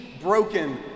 broken